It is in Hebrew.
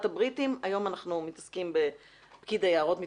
הבריטים והיום אנחנו עוסקים בפקיד היערות שגם